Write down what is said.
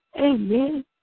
Amen